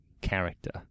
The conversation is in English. character